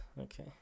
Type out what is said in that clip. okay